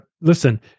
listen